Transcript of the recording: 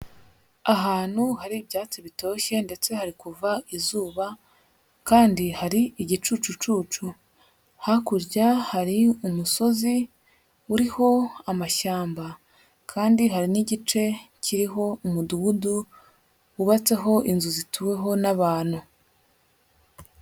Ahantu hari ibyatsi bitoshye ndetse hari kuva izuba kandi hari igicucucucu, hakurya hari umusozi uriho amashyamba kandi hari n'igice kiriho umudugudu wubatseho inzu zituweho n'abantu.